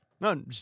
No